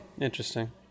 Interesting